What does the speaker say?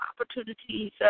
opportunities